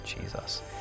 Jesus